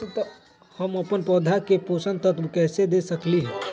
हम अपन पौधा के पोषक तत्व कैसे दे सकली ह?